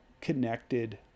connected